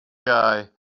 guy